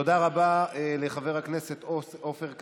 תודה רבה לחבר הכנסת עופר כסיף.